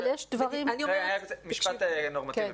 אבל יש דברים --- משפט נורמטיבי,